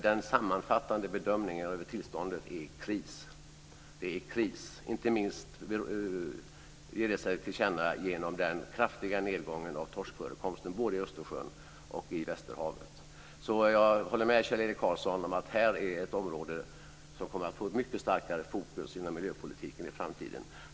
Den sammanfattande bedömningen av tillståndet är att det är kris. Det ger sig inte minst till känna genom den kraftiga nedgången av torskförekomsten både i Östersjön och i västerhavet. Så jag håller med Kjell-Erik Karlsson om att det här är ett område som det kommer att bli ett mycket starkare fokus på inom miljöpolitiken i framtiden.